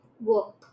work